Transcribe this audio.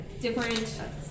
different